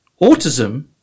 autism